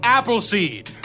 Appleseed